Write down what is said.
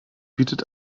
bietet